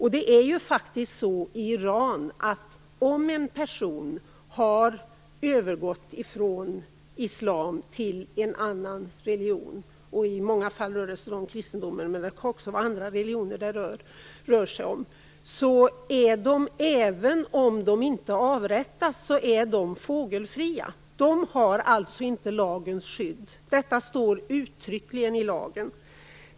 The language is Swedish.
I Iran är det faktiskt så att om en person har övergått från islam till en annan religion - i många fall rör det sig om kristendom, men det kan också vara andra religioner - är den personen fågelfri, även om personen inte har avrättats. Sådana personer har alltså inte lagens skydd. Detta står uttryckligen i lagen.